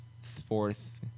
fourth